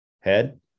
head